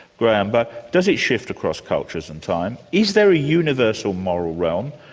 graham, but does it shift across cultures and time? is there a universal moral realm?